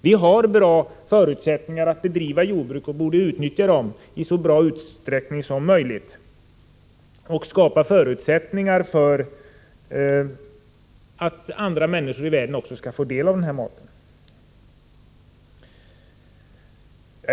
Vi har bra förutsättningar att bedriva jordbruk och borde utnyttja dem i så stor utsträckning som möjligt och skapa förutsättningar för att andra människor i världen skall få del av denna mat.